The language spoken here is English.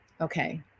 okay